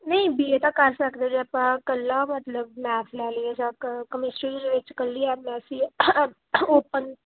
ਨਹੀਂ B A ਤਾਂ ਕਰ ਸਕਦੇ ਜੇ ਆਪਾਂ ਇਕੱਲਾ ਮਤਲਬ ਮੈਥ ਲੈ ਲਈਏ ਜਾਂ ਕ ਕਮਿਸਟਰੀ ਦੇ ਵਿੱਚ ਇਕੱਲੀ ਐਮ ਐਸ ਸੀ ਓਪਨ